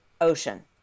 ocean